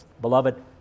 Beloved